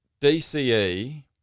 DCE